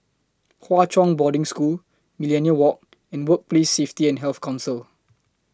Hwa Chong Boarding School Millenia Walk and Workplace Safety and Health Council